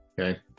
Okay